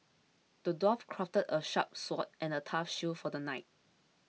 the dwarf crafted a sharp sword and a tough shield for the knight